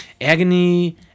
agony